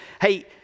hey